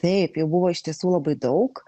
taip jų buvo iš tiesų labai daug